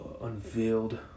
Unveiled